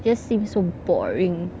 just seems so boring